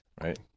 right